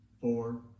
four